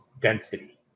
density